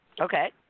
Okay